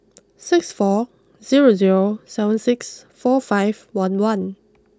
six four zero zero seven six four five one one